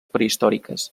prehistòriques